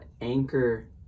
Anchor